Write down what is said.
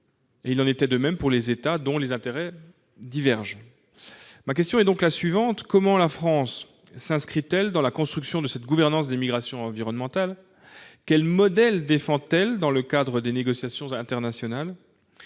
Il en était de même pour les États, dont les intérêts divergent. Ma question est donc la suivante : comment la France s'inscrit-elle dans la construction de cette gouvernance des migrations environnementales et quel modèle défend-elle dans le cadre des négociations internationales ?